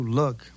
look